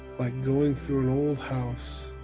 like going through an old house,